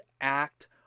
act